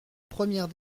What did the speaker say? première